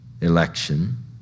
election